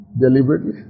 deliberately